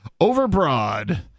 overbroad